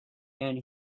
and